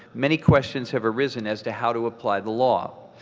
many questions have arisen as to how to apply the law.